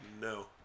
No